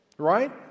right